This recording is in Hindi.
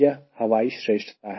यह हवाएं श्रेष्ठता है